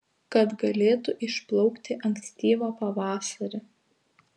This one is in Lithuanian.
kad galėtų išplaukti ankstyvą pavasarį